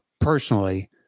Personally